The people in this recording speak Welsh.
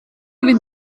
fynd